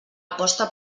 aposta